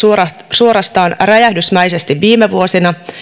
suorastaan räjähdysmäisesti viime vuosina